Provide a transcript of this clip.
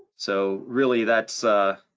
so really that's